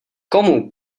komu